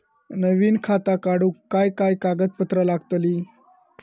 नवीन खाता काढूक काय काय कागदपत्रा लागतली?